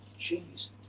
Jeez